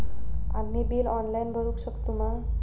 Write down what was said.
आम्ही bill online भरुक शकतू मा?